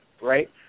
Right